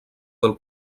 del